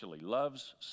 loves